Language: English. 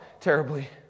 terribly